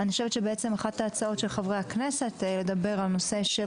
אני חושבת שאחת ההצעות של חברי הכנסת לדבר על הנושא של